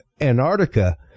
antarctica